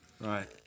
Right